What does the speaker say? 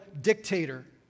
dictator